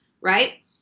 Right